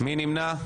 מי נמנע?